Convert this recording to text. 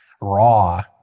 raw